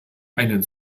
einen